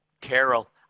Carol